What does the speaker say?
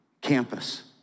Campus